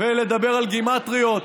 ולדבר על גימטריות,